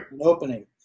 opening